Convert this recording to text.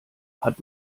hat